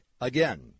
Again